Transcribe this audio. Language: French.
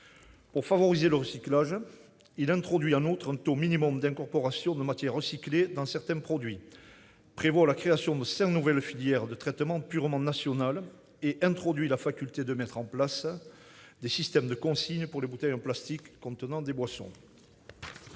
Pour favoriser le recyclage, ce texte introduit en outre un taux minimum d'incorporation de matières recyclées dans certains produits. Il prévoit la création de cinq nouvelles filières de traitement purement nationales et introduit la faculté de mettre en place des systèmes de consigne pour les bouteilles en plastique contenant des boissons.